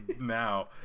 now